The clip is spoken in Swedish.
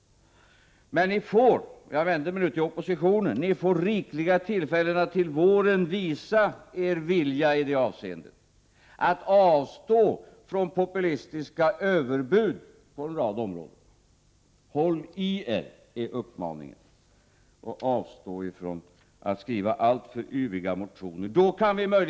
Jag vill säga till er i oppositionen, att ni får rikliga tillfällen under våren att visa er vilja i det avseendet, dvs. att avstå från populistiska överbud på en rad områden. Håll i er, och avstå från att skriva alltför yviga motioner, är min uppmaning.